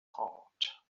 heart